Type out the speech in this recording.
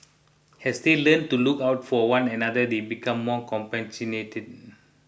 as they learn to look out for one another they become more compassionate